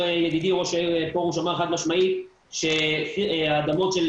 ידידי ראש העיר פורוש אמר חד משמעית שהאדמות של